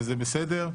וזה בסדר,